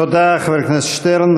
תודה, חבר הכנסת שטרן.